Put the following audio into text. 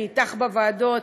אני אתך בוועדות,